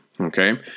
Okay